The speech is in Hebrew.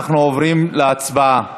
אנחנו עוברים להצבעה.